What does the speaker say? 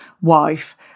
wife